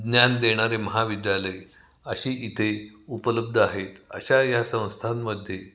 ज्ञान देणारे महाविद्यालये अशी इथे उपलब्ध आहेत अशा या संस्थांमध्ये